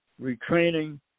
retraining